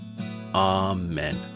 Amen